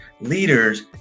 Leaders